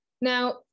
Now